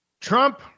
Trump